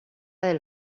del